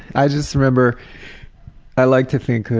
i just remember i like to think that,